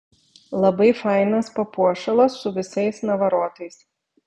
labai fainas papuošalas su visais navarotais